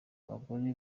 abagore